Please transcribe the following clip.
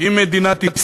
עם מדינת ישראל.